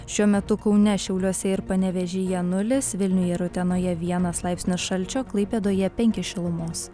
šiuo metu kaune šiauliuose ir panevėžyje nulis vilniuje ir utenoje vienas laipsnis šalčio klaipėdoje penki šilumos